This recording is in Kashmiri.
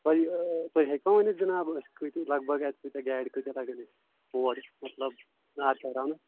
تۄہہِ تُہۍ ہیٚکوا ؤنِتھ جِناب أسۍ کۭتہِ لگ بگ اَتہِ کۭتیٛاہ گاڑِ کۭتیٛاہ لَگَن اَتہِ اور مطلب نار ژٮ۪تھراونَس